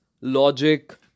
Logic